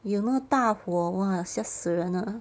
有那个大火 !wah! 吓死人 uh